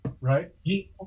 right